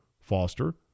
Foster